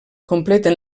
completen